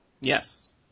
Yes